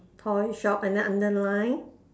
toy shop and then underline